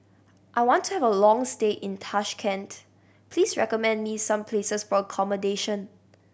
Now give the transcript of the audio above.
I want to have a long stay in Tashkent please recommend me some places for accommodation